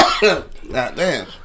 Goddamn